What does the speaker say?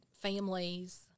families